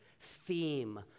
theme